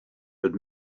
but